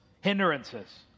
hindrances